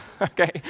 okay